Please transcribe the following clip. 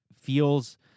feels